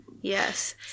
Yes